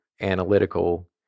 analytical